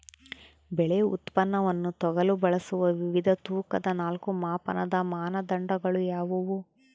ಬೆಳೆ ಉತ್ಪನ್ನವನ್ನು ತೂಗಲು ಬಳಸುವ ವಿವಿಧ ತೂಕದ ನಾಲ್ಕು ಮಾಪನದ ಮಾನದಂಡಗಳು ಯಾವುವು?